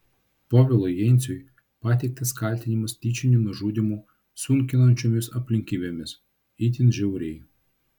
povilui jenciui pateiktas kaltinimas tyčiniu nužudymu sunkinančiomis aplinkybėmis itin žiauriai